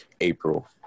April